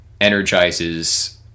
energizes